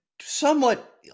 somewhat